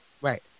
right